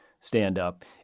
stand-up